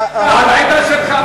אבל מה תגיד על העדה שלך.